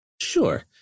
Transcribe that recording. Sure